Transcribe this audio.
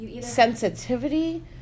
sensitivity